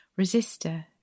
Resistor